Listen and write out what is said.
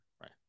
Right